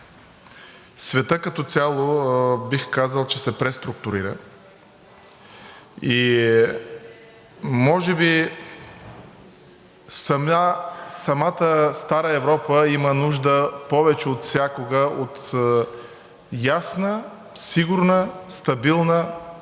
Светът като цяло, бих казал, че се преструктурира и може би самата Стара Европа има нужда повече от всякога от ясна, сигурна, стабилна отбрана